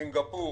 בסינגפור